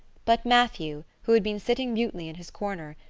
but matthew, who had been sitting mutely in his corner,